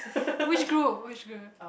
which group which group